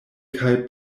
kaj